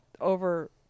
over